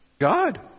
God